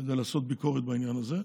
כדי לעשות ביקורת בעניין הזה,